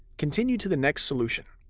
continue to the next solution.